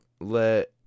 let